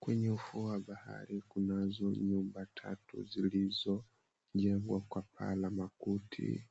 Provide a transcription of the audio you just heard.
Kwenye ufuo wa bahari kunazo nyumba tatu zilizo jengwa kwa paa la makuti.